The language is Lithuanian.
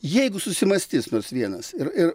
jeigu susimąstys nors vienas ir ir